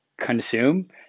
consume